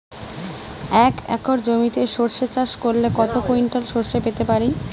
এক একর জমিতে সর্ষে চাষ করলে কত কুইন্টাল সরষে পেতে পারি?